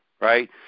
right